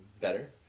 better